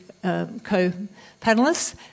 Co-panelists